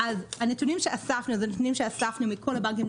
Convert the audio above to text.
הנתונים שאספנו הם מכל הבנקים,